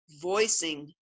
voicing